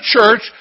church